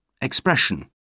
Expression